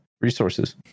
resources